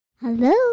Hello